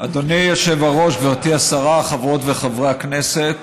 אדוני היושב-ראש, גברתי השרה, חברות וחברי הכנסת,